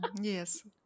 Yes